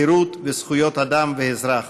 חירות וזכויות אדם ואזרח.